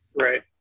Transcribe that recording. Right